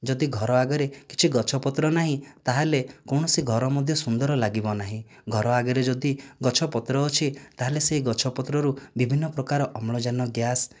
ଯଦି ଘର ଆଗରେ କିଛି ଗଛପତ୍ର ନାହିଁ ତା ହେଲେ କୌଣସି ଘର ମଧ୍ୟ ସୁନ୍ଦର ଲାଗିବ ନାହିଁ ଘର ଆଗରେ ଯଦି ଗଛପତ୍ର ଅଛି ତା ହେଲେ ସେହି ଗଛପତ୍ରରୁ ବିଭିନ୍ନ ପ୍ରକାର ଅମ୍ଳଜାନ ଗ୍ୟାସ୍